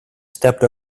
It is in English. stepped